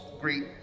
great